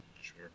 Sure